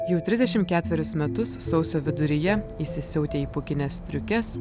jau trisdešimt ketverius metus sausio viduryje įsisiautę į pūkines striukes